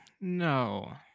no